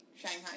Shanghai